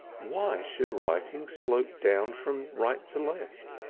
why should writing slope down from right to left?